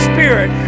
Spirit